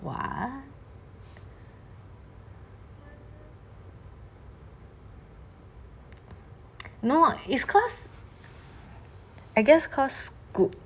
!wah! no it's cause I guess cause scoot